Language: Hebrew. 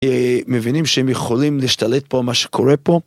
מבינים שהם יכולים להשתלט פה מה שקורה פה.